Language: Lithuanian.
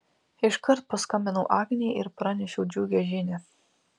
iškart paskambinau agnei ir pranešiau džiugią žinią